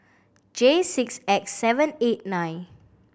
J six X seven eight nine